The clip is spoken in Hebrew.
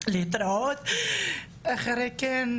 אני לא באתי לספר סיפורים,